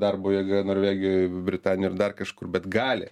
darbo jėga norvegijoj britanijoj ar dar kažkur bet gali